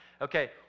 Okay